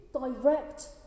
direct